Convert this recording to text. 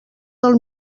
del